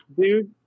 Dude